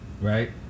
right